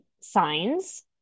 signs